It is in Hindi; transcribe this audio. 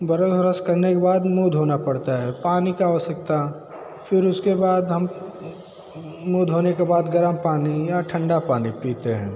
बरस ओरस करने के बाद मुँह धोना पड़ता है पानी की आवश्यकता फिर उसके बाद हम मुँह धोने के बाद गर्म पानी या ठंडा पानी पीते हैं